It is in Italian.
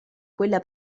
quella